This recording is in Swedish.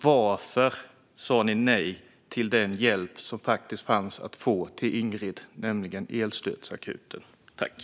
Varför sa ni nej till den hjälp som faktiskt fanns att få för Ingrid, nämligen el och gasräkningsakuten?